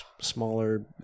smaller